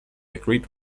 agreed